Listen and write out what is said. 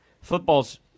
football's